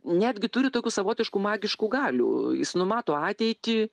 netgi turi tokių savotiškų magiškų galių jis numato ateitį